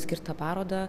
skirtą parodą